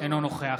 אינו נוכח